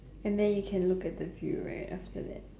and then you can look at the view right after that